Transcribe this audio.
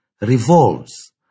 revolves